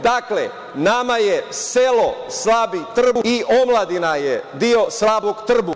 Dakle, nama je selo slabi trbuh i omladina je deo slabog trbuha.